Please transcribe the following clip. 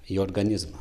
į organizmą